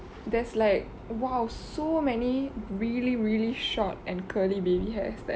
there's like !wow! so many really really short and curly baby hair